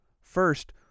first